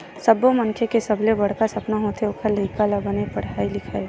सब्बो मनखे के सबले बड़का सपना होथे ओखर लइका ह बने पड़हय लिखय